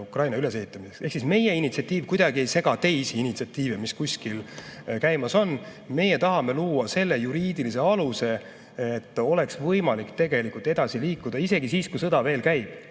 Ukraina ülesehitamiseks? Ehk siis meie initsiatiiv kuidagi ei sega teisi initsiatiive, mis kuskil käimas on. Meie tahame luua juriidilise aluse, et oleks võimalik edasi liikuda ka siis, kui sõda veel käib